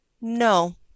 no